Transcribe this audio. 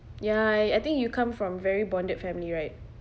ya I think you come from very bonded family right